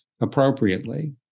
Appropriately